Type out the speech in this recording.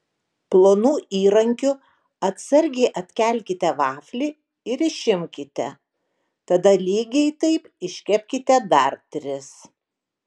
plonu įrankiu atsargiai atkelkite vaflį ir išimkite tada lygiai taip iškepkite dar tris